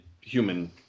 human